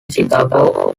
chicago